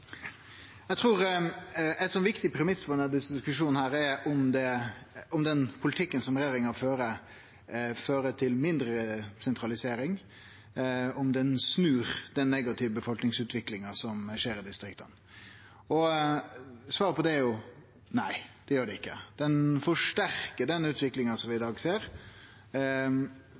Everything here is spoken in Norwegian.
Eg trur ein viktig premiss for denne diskusjonen er om den politikken som regjeringa fører, fører til mindre sentralisering, og om han snur den negative befolkningsutviklinga i distrikta. Svaret på det er nei, det gjer han ikkje. Han styrkjer den utviklinga vi i dag ser.